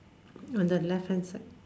on the left hand side